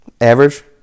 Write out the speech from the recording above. Average